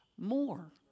more